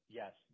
yes